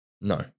No